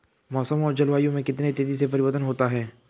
मौसम और जलवायु में कितनी तेजी से परिवर्तन होता है?